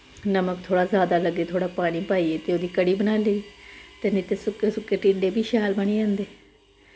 नमक थोह्ड़ा जैदा लग्गे ते थोह्ड़ा पानी पाइयै ते ओह्दी कढ़ी बनाई लेई ते नेईं ते सुक्के सुक्के टींडे बी शैल बनी जंदे